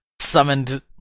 summoned